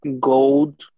gold